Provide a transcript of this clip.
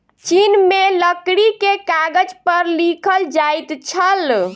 चीन में लकड़ी के कागज पर लिखल जाइत छल